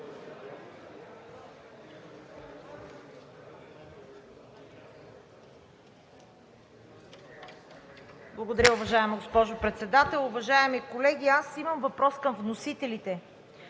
Благодаря, уважаема госпожо Председател. Уважаеми колеги, аз имам въпрос към вносителите: